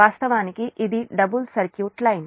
వాస్తవానికి ఇది double circuit line